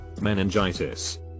Meningitis